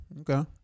Okay